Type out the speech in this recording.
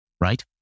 right